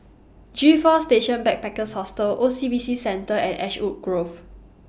G four Station Backpackers Hostel O C B C Centre and Ashwood Grove